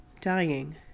dying